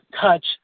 touch